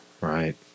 right